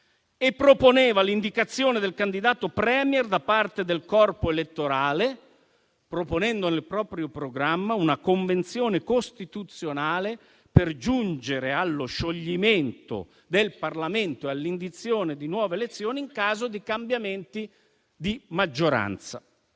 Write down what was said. e proponeva l'indicazione del candidato *Premier* da parte del corpo elettorale, introducendo nel proprio programma una convenzione costituzionale per giungere allo scioglimento del Parlamento e all'indizione di nuove elezioni in caso di cambiamenti di maggioranza.